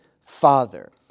father